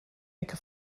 ecke